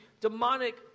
demonic